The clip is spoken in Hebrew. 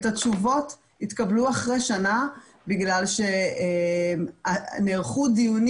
התשובות התקבלו אחרי שנה בגלל שנערכו דיונים